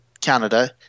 Canada